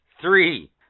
Three